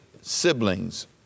siblings